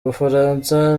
bufaransa